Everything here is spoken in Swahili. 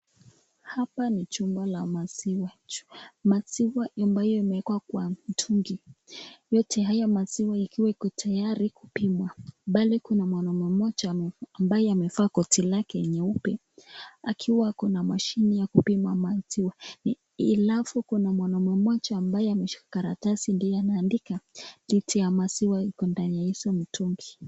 Hapa ni chumba la maziwa , maziwa ambayo imewekwa kwa mtungi yote hayo maziwa ikiwa iko tayari kupimwa ,mbali kuna mwanaume mmoja ambaye amevaa koti lake nyeupe akiwa ako na mashini ya kupima maziwa , alafu kuna mwanaume mmoja ambaye ameshika karatasi ndiye anaandika detail ya maziwa iko ndani ya hiyo mtungi.